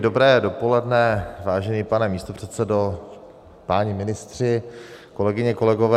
Dobré dopoledne, vážený pane místopředsedo, páni ministři, kolegyně, kolegové.